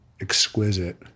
exquisite